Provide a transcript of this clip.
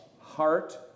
heart